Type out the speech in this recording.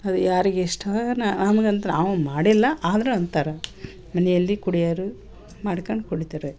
ಅದು ಯಾರಿಗೆ ಇಷ್ಟಾನ ನಮಗಂತೂ ನಾವು ಮಾಡಿಲ್ಲ ಆದರೂ ಅಂತಾರೆ ಮನೆಯಲ್ಲಿ ಕುಡಿಯೋರು ಮಾಡ್ಕಂಡು ಕುಡಿತಾರೆ